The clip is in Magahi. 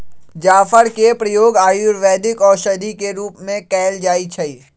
जाफर के प्रयोग आयुर्वेदिक औषधि के रूप में कएल जाइ छइ